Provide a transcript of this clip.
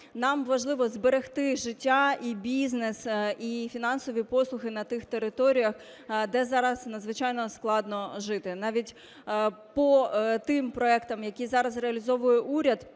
Нам важливо зберегти життя і бізнес, і фінансові послуги на тих територіях, де зараз надзвичайно складно жити. Навіть по тим проєктам, які зараз реалізовує уряд,